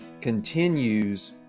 continues